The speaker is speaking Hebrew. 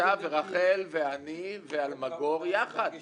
אתה ואני ורחל ואלמגור יחד.